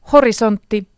Horisontti